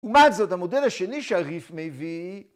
לעומת זאת המודל השני שהריף מביא